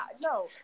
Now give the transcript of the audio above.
no